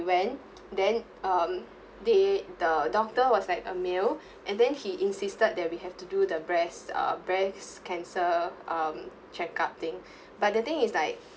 went then um they the doctor was like a male and then he insisted that we have to do the breast uh breast cancer um checkup thing but the thing is like